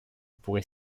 pourrait